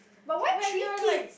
when you're like